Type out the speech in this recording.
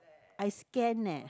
I scan leh